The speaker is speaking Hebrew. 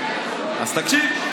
אז תקשיב.